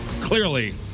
Clearly